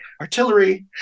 artillery